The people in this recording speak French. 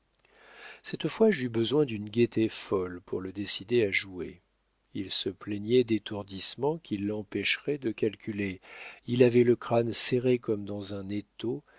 cette fois j'eus besoin d'une gaieté folle pour le décider à jouer il se plaignait d'étourdissements qui l'empêcheraient de calculer il avait le crâne serré comme dans un étau